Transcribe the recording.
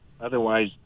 Otherwise